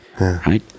Right